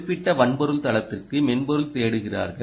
குறிப்பிட்ட வன்பொருள் தளத்திற்கு மென்பொருள் தேடுகிறார்கள்